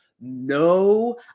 no